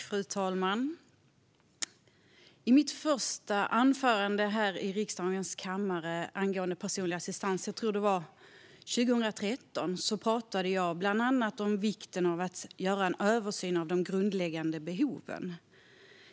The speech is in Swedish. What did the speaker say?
Fru talman! I mitt första anförande här i riksdagens kammare angående personlig assistans - jag tror att det var 2013 - pratade jag bland annat om vikten av att göra en översyn av de grundläggande behoven.